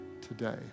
today